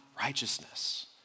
righteousness